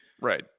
Right